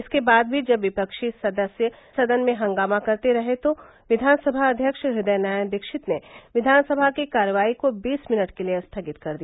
इसके बाद भी जब विपक्षी सदस्य सदन में हंगामा करते रहे तो विधानसभा अध्यक्ष हृदय नारायण दीक्षित ने विधानसभा के कार्यवाही को बीस मिनट के लिये स्थगित कर दिया